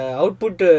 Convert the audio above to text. output